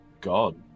god